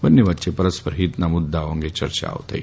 બંને વચ્ચે પરસ્પર ફીતના મુદ્દાઓ અંગે ચર્ચાઓ થઇ